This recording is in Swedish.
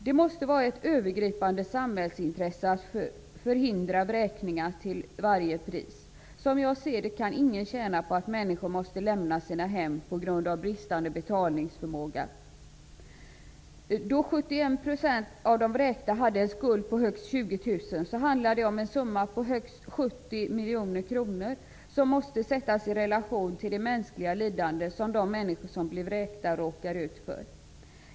Det måste vara av ett övergripande samhällsintresse att till varje pris förhindra vräkningar. Som jag ser det kan ingen tjäna på att människor måste lämna sina hem på grund av bristande betalningsförmåga. handlar det om en summa på högst 70 miljoner kronor. Detta måste sättas i relation till det mänskliga lidande som de människor som blir vräkta råkar ut för.